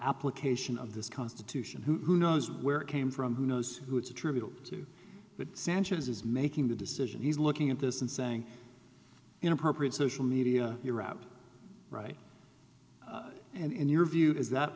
application of this constitution who knows where it came from who knows who it's a tribute to but sanchez is making the decision he's looking at this and saying inappropriate social media erap right and in your view is that